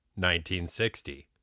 1960